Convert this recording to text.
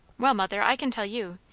well, mother, i can tell you.